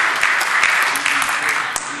(מחיאות כפיים)